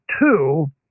two